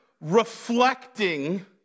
reflecting